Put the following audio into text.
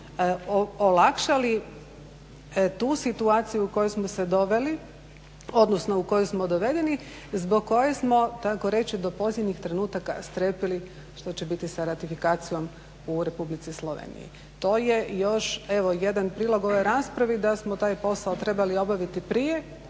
olakšali tu situaciju u koju smo se doveli, odnosno u koju smo dovedeni zbog koje smo tako reći do posljednjih trenutaka strepili što će biti sa ratifikacijom u Republici Sloveniji. To je još evo jedan prilog ovoj raspravi da smo taj posao trebali obaviti prije.